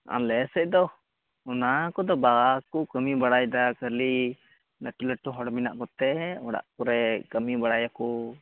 ᱟᱞᱮᱥᱮᱫ ᱫᱚ ᱱᱚᱣᱟ ᱠᱚᱫᱚ ᱵᱟᱠᱚ ᱠᱟᱹᱢᱤ ᱵᱟᱲᱟᱭᱮᱫᱟ ᱠᱷᱟᱹᱞᱤ ᱞᱟᱹᱴᱩᱼᱞᱟᱹᱴᱩ ᱦᱚᱲ ᱢᱮᱱᱟᱜ ᱠᱚᱛᱮ ᱚᱲᱟᱜ ᱠᱚᱨᱮ ᱠᱟᱹᱢᱤ ᱵᱟᱲᱟᱭᱟᱠᱚ